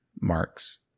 marks